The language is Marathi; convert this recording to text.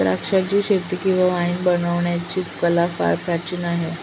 द्राक्षाचीशेती किंवा वाईन बनवण्याची कला फार प्राचीन आहे